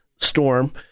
storm